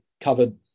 covered